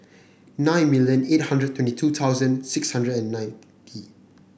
nine million eight hundred and twenty two thousand six hundred and ninety